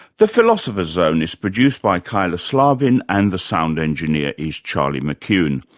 the philosopher's zone is produced by kyla slaven and the sound engineer is charlie mccune.